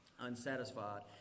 unsatisfied